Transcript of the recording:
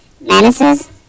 menaces